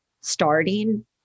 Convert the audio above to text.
starting